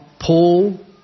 Paul